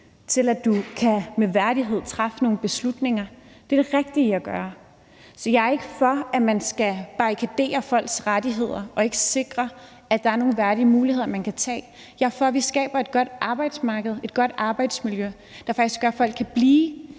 så du med værdighed kan træffe nogle beslutninger. Det er det rigtige at gøre. Jeg er ikke for, at man skal blokere for folks rettigheder og ikke skal sikre, at der er nogle værdige valg, man kan tage. Jeg er for, at vi skaber et godt arbejdsmarked og et godt arbejdsmiljø, der gør, at folk faktisk